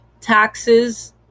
taxes